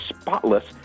spotless